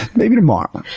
maybe tomorrow.